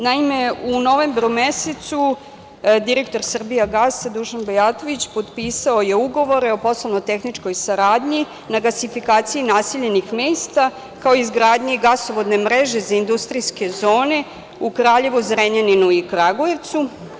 Naime, u novembru mesecu direktor „Srbijagasa“ Dušan Bajatović potpisao je ugovore o poslovno-tehničkoj saradnji na gasifikaciji naseljenih mesta, kao i izgradnji gasovodne mreže za industrijske zone u Kraljevu, Zrenjaninu i Kragujevcu.